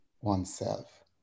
oneself